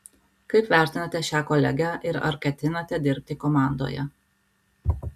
kaip vertinate šią kolegę ir ar ketinate dirbti komandoje